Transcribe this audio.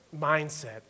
mindset